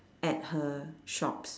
at her shops